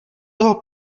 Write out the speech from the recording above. toho